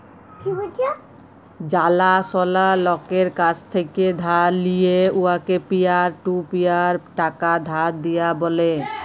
জালাশলা লকের কাছ থ্যাকে ধার লিঁয়ে উয়াকে পিয়ার টু পিয়ার টাকা ধার দিয়া ব্যলে